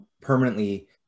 permanently